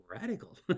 radical